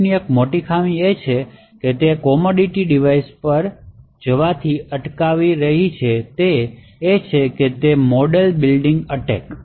PUFની એક મોટી ખામી જે તેને કોમોડિટી ડિવાઇસેસ પર જવાથી અટકાવી રહી છે તે મોડેલ બિલ્ડિંગ એટેક છે